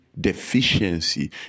deficiency